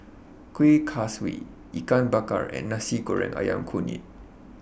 Kuih Kaswi Ikan Bakar and Nasi Goreng Ayam Kunyit